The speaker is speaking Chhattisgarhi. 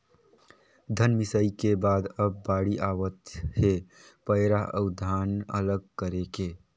धन मिंसई के बाद अब बाड़ी आवत हे पैरा अउ धान अलग करे के